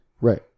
Right